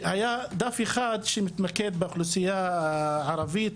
והיה דף אחד שמתמקד באוכלוסייה הערבית,